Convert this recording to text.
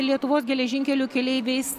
lietuvos geležinkelių keleiviais